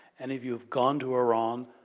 and, if you've gone to iran